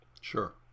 Sure